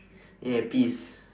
yeah peas